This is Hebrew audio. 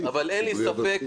אבל אין לי ספק